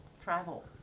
travel